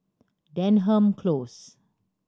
Denham Close